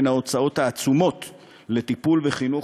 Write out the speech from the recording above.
ההוצאות העצומות על הטיפול והחינוך